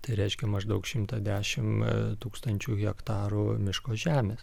tai reiškia maždaug šimtą dešimt tūkstančių hektarų miško žemės